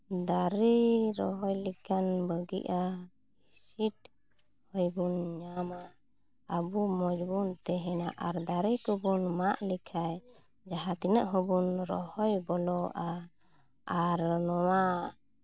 ᱫᱟᱨᱮ ᱨᱚᱦᱚᱭ ᱞᱮᱠᱷᱟᱱ ᱵᱷᱟᱹᱜᱤᱜᱼᱟ ᱦᱤᱸᱥᱤᱫ ᱦᱚᱭ ᱵᱚᱱ ᱧᱟᱢᱟ ᱟᱵᱚ ᱢᱚᱡᱽ ᱵᱚᱱ ᱛᱮᱦᱮᱱᱟ ᱟᱨ ᱫᱟᱨᱮ ᱠᱚᱵᱚᱱ ᱢᱟᱜ ᱞᱮᱠᱷᱟᱱ ᱡᱟᱦᱟᱸᱛᱤᱱᱟᱹᱜ ᱦᱚᱸᱵᱚᱱ ᱨᱚᱦᱚᱭ ᱵᱚᱞᱚᱣᱟᱜᱼᱟ ᱟᱨ ᱱᱚᱣᱟ